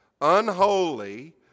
unholy